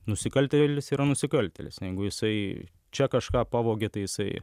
nusikaltėlis yra nusikaltėlis jeigu jisai čia kažką pavogė tai jisai